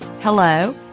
hello